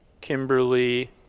Kimberly